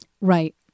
Right